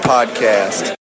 Podcast